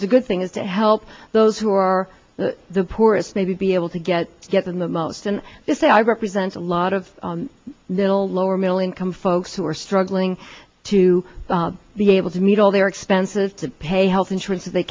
it's a good thing is to help those who are the poorest may be able to get get in the most and say i represent a lot of middle lower middle income folks who are struggling to be able to meet all their expenses to pay health insurance if they